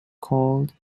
called